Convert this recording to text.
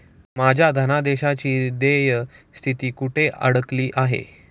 माझ्या धनादेशाची देय स्थिती कुठे अडकली आहे?